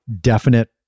definite